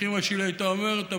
איך אימא שלי הייתה אומרת?